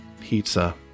pizza